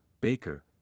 Baker